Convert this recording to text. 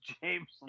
James